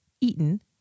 eaten